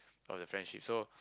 of the friendship so